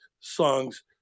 songs